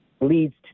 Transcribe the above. leads